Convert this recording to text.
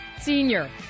Senior